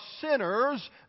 sinners